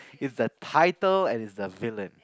it's the title and he's the villain